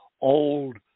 old